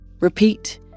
Repeat